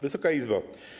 Wysoka Izbo!